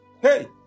Hey